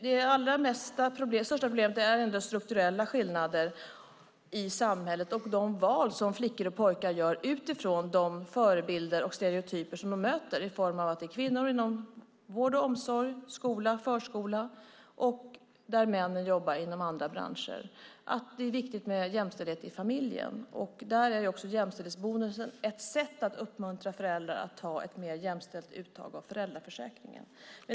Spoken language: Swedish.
Det allra största problemet är ändå strukturella skillnader i samhället och de val som flickor och pojkar gör utifrån de förebilder och stereotyper som de möter i form av att det är kvinnor inom vård och omsorg, skola och förskola och männen jobbar inom andra branscher. Det är viktigt med jämställdhet i familjen. Där är jämställdhetsbonusen ett sätt att uppmuntra föräldrar till ett mer jämställt uttag av föräldraförsäkringen.